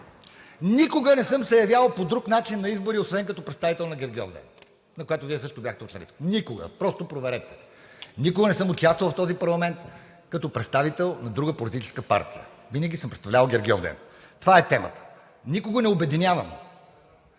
никога не съм се явявал по друг начин на избори, освен като представител на „Гергьовден“, на която Вие също бяхте учредител. Никога! Просто проверете. Никога не съм участвал в този парламент като представител на друга политическа партия. Винаги съм представлявал „Гергьовден“. Това е темата. Никого не обединявам,